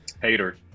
Hater